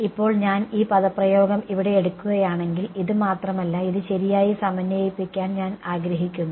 ഇപ്പോൾ ഞാൻ ഈ പദപ്രയോഗം ഇവിടെ എടുക്കുകയാണെങ്കിൽ ഇത് മാത്രമല്ല ഇത് ശരിയായി സമന്വയിപ്പിക്കാൻ ഞാൻ ആഗ്രഹിക്കുന്നു